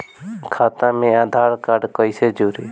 खाता मे आधार कार्ड कईसे जुड़ि?